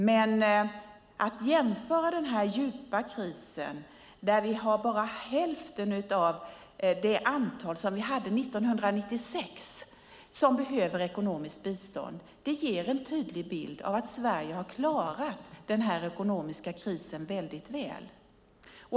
Men denna djupa kris, där antalet personer som behöver ekonomiskt bistånd bara är hälften av vad det var 1996, ger en tydlig bild av att Sverige har klarat den ekonomiska krisen väldigt väl.